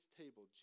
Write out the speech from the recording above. table